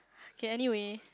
okay anyway